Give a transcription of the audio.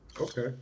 Okay